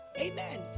Amen